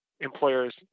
employers